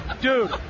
dude